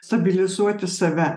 stabilizuoti save